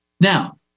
Now